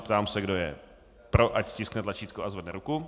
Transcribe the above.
Ptám se, kdo je pro, ať stiskne tlačítko a zvedne ruku.